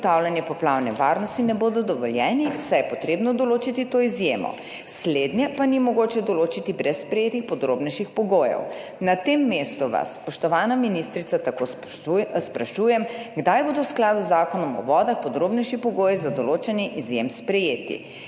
zagotavljanje poplavne varnosti ne bodo dovoljeni, saj je potrebno določiti to izjemo. Slednje pa ni mogoče določiti brez sprejetih podrobnejših pogojev. Na tem mestu vas, spoštovana ministrica, zato sprašujem: Kdaj bodo v skladu z Zakonom o vodah sprejeti podrobnejši pogoji za določanje izjem?